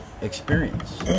experience